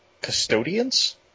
custodians